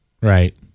Right